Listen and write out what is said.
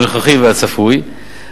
הנוכחי והצפוי,